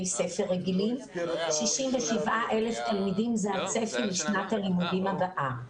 ספר רגילים יש צפי של 67,000 תלמידים לשנת הלימודים הבאה.